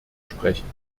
sprechen